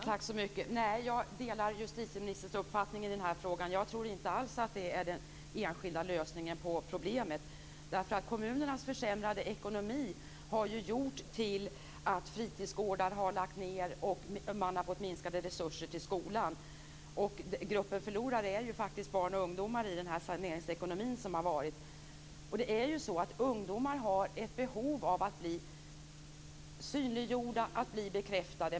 Fru talman! Jag delar justitieministerns uppfattning i den här frågan. Jag tror inte alls att detta är den enskilda lösningen på problemet. Kommunernas försämrade ekonomi har ju gjort att fritidsgårdar har lagt ned och man har fått minskade resurser till skolan. I den saneringsekonomi som har varit är faktiskt barn och ungdomar förlorare. Ungdomar har ju ett behov av att bli synliggjorda och bekräftade.